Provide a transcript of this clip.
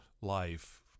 life